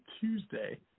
Tuesday